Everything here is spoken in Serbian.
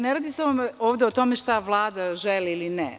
Ne radi se ovde o tome šta Vlada želi ili ne.